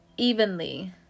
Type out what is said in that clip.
Evenly